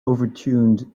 overturned